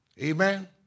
Amen